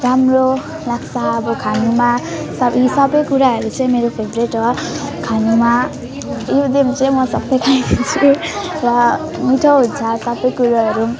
राम्रो लाग्छ अब खानुमा सबै यी सबै कुराहरू चाहिँ मेरो फेभ्रेट हो खानुमा यो जति चाहिँ म सब खाइदिन्छु र मिठो हुन्छ सब कुरोहरू